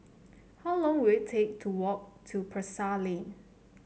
how long will it take to walk to Pasar Lane